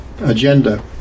agenda